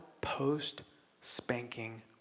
post-spanking